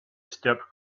stepped